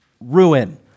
ruin